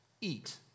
eat